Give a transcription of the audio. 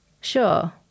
Sure